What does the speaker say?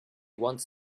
wants